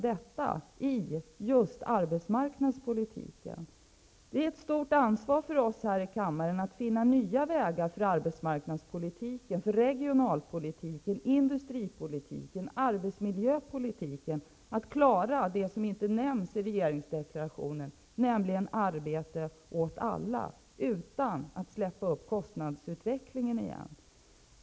Det är ett stort ansvar för oss här i kammaren att finna nya vägar för arbetsmarknadspolitiken, för regionalpolitiken, industripolitiken och arbetsmiljöpolitiken, att klara det som inte nämns i regeringsdeklarationen, nämligen arbete åt alla, utan att släppa loss kostnadsutvecklingen igen.